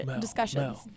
discussions